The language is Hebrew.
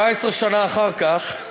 19 שנה אחר כך,